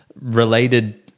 related